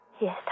Yes